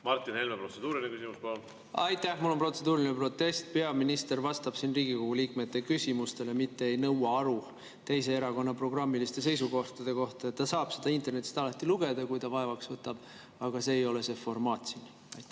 Martin Helme, protseduuriline küsimus, palun! Aitäh! Mul on protseduuriline protest. Peaminister vastab siin Riigikogu liikmete küsimustele, mitte ei nõua aru teise erakonna programmiliste seisukohtade kohta. Ta saab seda internetist alati lugeda, kui ta vaevaks võtab. Aga see ei ole see formaat siin. Aitäh!